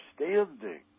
understanding